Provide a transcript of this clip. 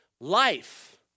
Life